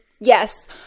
yes